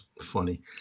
Funny